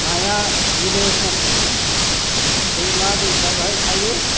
नाया बिलो फख्रि दैमा दैसा बाहाय थायो